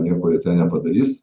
nieko nepadarys